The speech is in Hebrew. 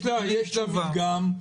יש לה מדגם,